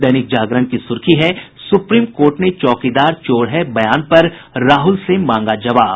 दैनिक जागरण की सुर्खी है सुप्रीम कोर्ट ने चौकीदार चोर है बयान पर राहुल से मांगा जबाव